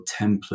template